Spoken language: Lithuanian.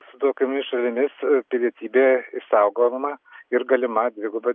su tokiomis šalimis pilietybė išsaugojama ir galima dviguba